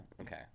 Okay